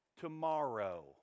tomorrow